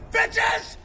Bitches